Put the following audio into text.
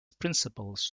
principles